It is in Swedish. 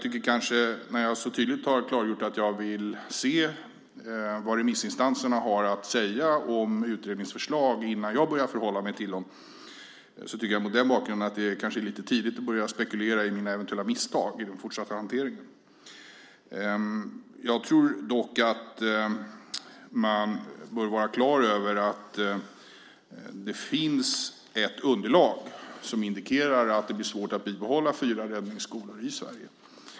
När jag så tydligt har klargjort att jag vill se vad remissinstanserna har att säga om utredningens förslag innan jag börjar förhålla mig till dem tycker jag mot den bakgrunden att det kanske är lite tidigt att börja spekulera i mina eventuella misstag i den fortsatta hanteringen. Jag tror dock att man bör vara klar över att det finns ett underlag som indikerar att det blir svårt att bibehålla fyra räddningsskolor i Sverige.